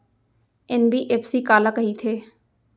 NBFC काला कहिथे?